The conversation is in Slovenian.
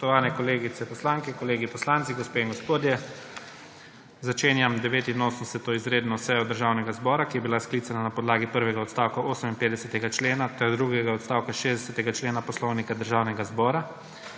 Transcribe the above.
Začenjam 89. izredno sejo Državnega zbora, ki je bila sklicana na podlagi prvega odstavka 58. člena ter drugega odstavka 60. člena Poslovnika Državnega zbora.